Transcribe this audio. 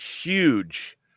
huge